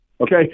okay